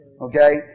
Okay